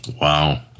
Wow